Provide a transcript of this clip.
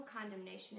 condemnation